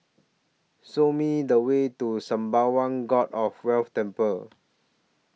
Show Me The Way to Sembawang God of Wealth Temple